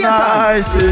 nice